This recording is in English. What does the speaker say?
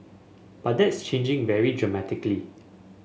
but that's changing very dramatically